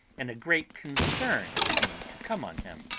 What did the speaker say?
and a great concern seemed to come on him.